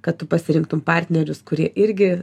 kad tu pasirinktum partnerius kurie irgi